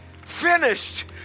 finished